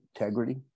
integrity